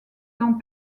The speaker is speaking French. dans